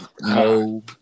No